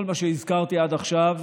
כל מה שהזכרתי עד עכשיו,